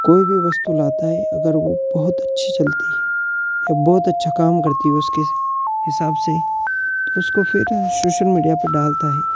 कोई भी वस्तु लाता है अगर वह बहुत अच्छी चलती है या बहुत अच्छा काम करती है उसकी हिसाब से तो उसको फ़िर सोशल मीडिया पर डालता है